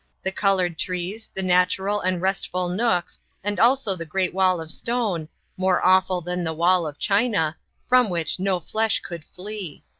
the coloured trees, the natural and restful nooks and also the great wall of stone more awful than the wall of china from which no flesh could flee.